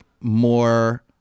more